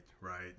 right